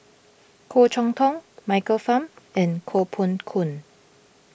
Goh Chok Tong Michael Fam and Koh Poh Koon